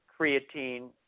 creatine